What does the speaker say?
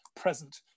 present